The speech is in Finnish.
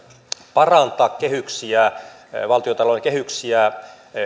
parantaa valtiontalouden kehyksiä